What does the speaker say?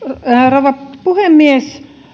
rouva puhemies